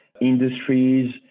industries